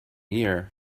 year